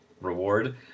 reward